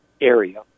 area